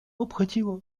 obchodziło